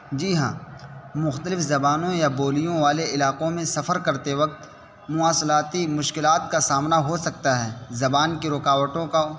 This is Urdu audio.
جی ہاں مختلف زبانوں یا بولیوں والے علاقوں میں سفر کرتے وقت مواصلاتی مشکلات کا سامنا ہو سکتا ہیں زبان کی رکاوٹوں کا